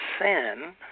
sin